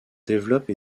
développe